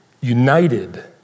united